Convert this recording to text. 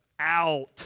out